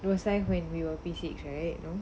it will say when we were P six right you know